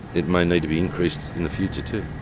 it may need to be increased in the future too.